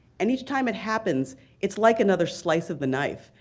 and each time it happens it's like another slice of the knife,